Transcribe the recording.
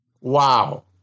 Wow